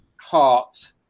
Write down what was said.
heart